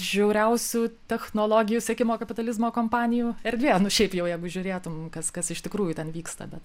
žiauriausių technologijų sekimo kapitalizmo kompanijų erdvė nu šiaip jau jei pažiūrėtum kas kas iš tikrųjų ten vyksta bet